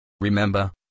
Remember